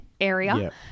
area